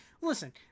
listen